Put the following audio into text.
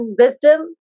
wisdom